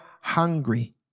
hungry